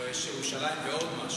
לא, יש ירושלים ועוד משהו.